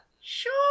Sure